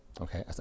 Okay